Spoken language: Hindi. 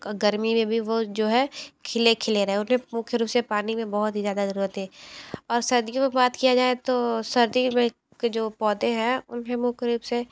गर्मी में भी वो जो है खिले खिले रहे उन्हें मुख्य रूप से पानी में बहुत ही ज़्यादा ज़रूरत है और सर्दियों में बात किया जाए तो सर्दी में के जो पौधे हैं उन्हें मुख्य रूप से